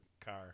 car